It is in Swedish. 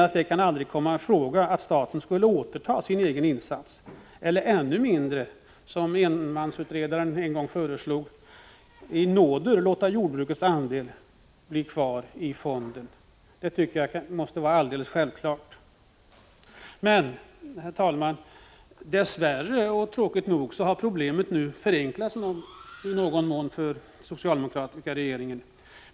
Det kan aldrig komma i fråga att staten skulle kunna återta sin egen insats eller ännu mindre, som enmansutredaren en gång föreslog, i nåder låta jordbrukets andel bli kvar i fonden. Det måste vara alldeles självklart. Dessutom, och tråkigt nog, har problemet nu förenklats något för den socialdemokratiska regeringen.